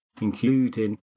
including